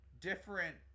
different